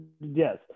yes